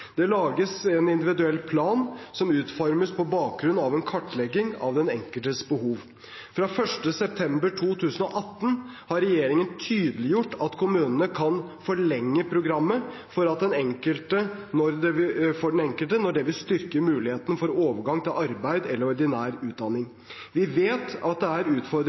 Det lages en individuell plan som utformes på bakgrunn av en kartlegging av den enkeltes behov. Fra den 1. september 2018 har regjeringen tydeliggjort at kommunene kan forlenge programmet for den enkelte når det vil styrke muligheten for overgang til arbeid eller ordinær utdanning. Vi vet at det er